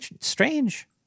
strange